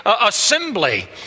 assembly